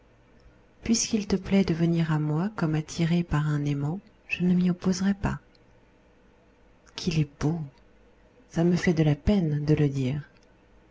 puisqu'il te plaît de venir à moi comme attiré par un aimant je ne m'y opposerai pas qu'il est beau ça me fait de la peine de le dire